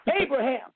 Abraham